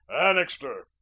annixter